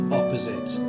opposite